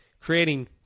creating